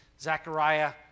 Zechariah